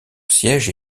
siège